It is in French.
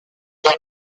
est